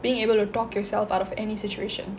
being able to talk yourself out of any situation